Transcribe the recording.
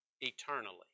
eternally